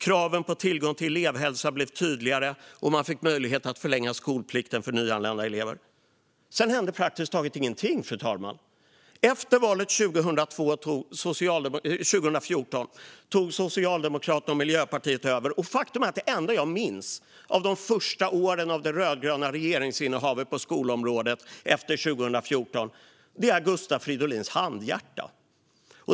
Kraven på tillgång till elevhälsa blev tydligare. Man fick också möjlighet att förlänga skolplikten för nyanlända elever. Sedan hände praktiskt taget ingenting, fru talman. Efter valet 2014 tog Socialdemokraterna och Miljöpartiet över, och faktum är att det enda jag minns av de första åren av det rödgröna regeringsinnehavet efter 2014 på skolområdet är Gustav Fridolins handhjärta.